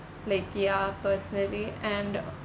like ya personally and